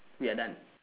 we are done